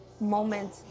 moment